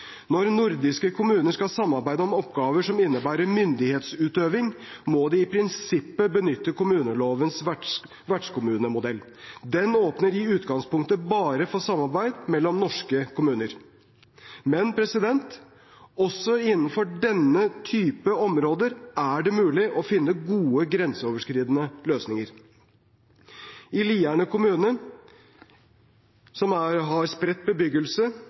Når norske kommuner skal samarbeide om oppgaver som innebærer myndighetsutøving, må de i prinsippet benytte kommunelovens vertskommunemodell. Den åpner i utgangspunktet bare for samarbeid mellom norske kommuner. Men også innenfor denne typen områder er det mulig å finne gode grenseoverskridende løsninger. I Lierne kommune er spredt bebyggelse